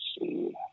see